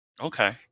Okay